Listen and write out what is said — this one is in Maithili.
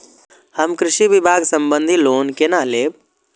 हम कृषि विभाग संबंधी लोन केना लैब?